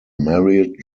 married